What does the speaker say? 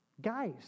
Guys